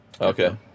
Okay